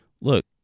look